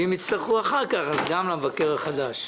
ואם יצטרכו אחר כך אז גם למבקר המדינה החדש.